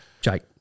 Jake